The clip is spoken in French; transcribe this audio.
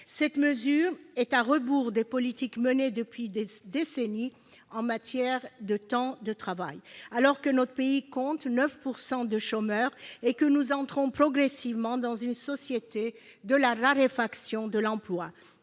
Cette mesure va à rebours des politiques menées depuis des décennies en matière de temps de travail. Alors que notre pays compte 9 % de chômeurs et que nous entrons progressivement dans une société de la raréfaction de l'emploi,